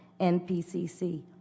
NPCC